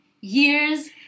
years